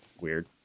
weird